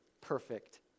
perfect